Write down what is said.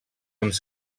uns